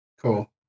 cool